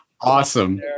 Awesome